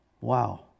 Wow